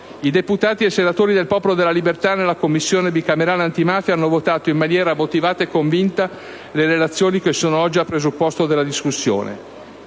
I deputati e i senatori del Popolo della Libertà nella Commissione bicamerale antimafia hanno votato in maniera motivata e convinta le relazioni che sono oggi a presupposto della discussione.